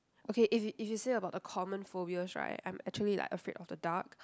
okay if if you say about the common phobias right I'm actually like afraid of the dark